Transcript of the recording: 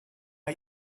are